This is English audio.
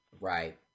Right